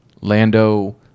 Lando